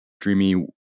dreamy